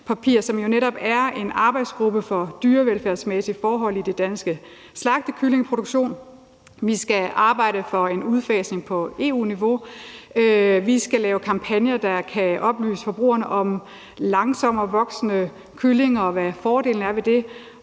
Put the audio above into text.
Der skal nedsættes en arbejdsgruppe for dyrevelfærdsmæssige forhold i den danske slagtekyllingeproduktion. Vi skal arbejde for en udfasning på EU-niveau. Vi skal lave kampagner, der kan oplyse forbrugerne om langsommere voksende kyllinger og om, hvad fordelen er ved det,